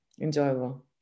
enjoyable